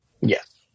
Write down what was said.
Yes